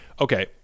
Okay